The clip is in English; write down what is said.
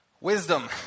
Wisdom